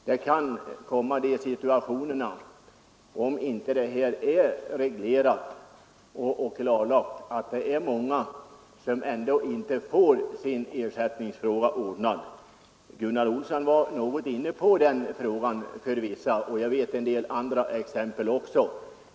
Det kan komma sådana situationer, om inte detta regleras och blir klarlagt, där många inte skulle få sin ersättningsfråga ordnad. Gunnar Olsson var inne på den frågan och jag känner också till en del andra exempel.